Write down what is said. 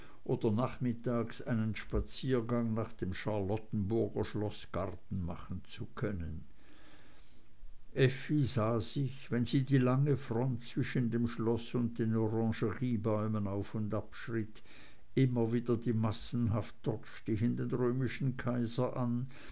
oder nachmittags einen spaziergang nach dem charlottenburger schloßgarten machen zu können effi sah sich wenn sie die lange front zwischen dem schloß und den orangeriebäumen auf und ab schritt immer wieder die massenhaft dort stehenden römischen kaiser an